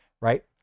Right